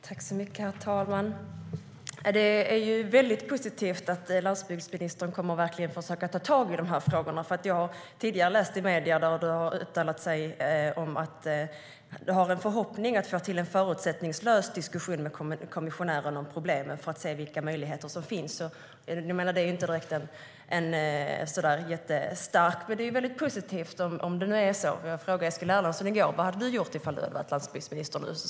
Herr talman! Det är väldigt positivt att landsbygdsministern verkligen kommer att försöka ta tag i frågorna. Jag har tidigare läst i medierna att du har uttalat dig om att du har en förhoppning att få till en förutsättningslös diskussion med kommissionären om problemet för att se vilka möjligheter som finns. Det är inte så där jättestarkt. Men det är väldigt positivt om det nu är så. Jag frågade Eskil Erlandsson i går: Vad hade du gjort om du varit landsbygdsminister nu?